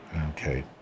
Okay